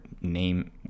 name